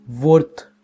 worth